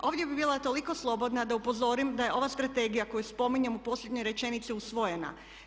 A ovdje bih bila toliko slobodna da upozorim da je ova Strategija koju spominjem u posljednjoj rečenici usvojena.